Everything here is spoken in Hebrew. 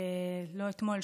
לא אתמול,